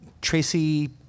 Tracy